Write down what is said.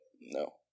No